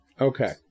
Okay